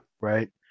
right